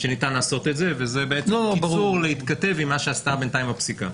שניתן לעשות את זה וזה אישור להתכתב עם מה שעשתה בינתיים הפסיקה.